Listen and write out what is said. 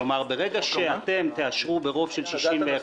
כלומר ברגע שאתם תאשרו ברוב של 61